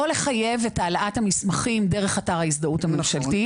לא לחייב את העלאת המסמכים דרך אתר ההזדהות הממשלתי.